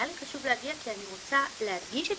היה לי חשוב להגיע כי אני רוצה להדגיש את